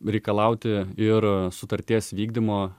reikalauti ir sutarties vykdymo